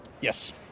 Yes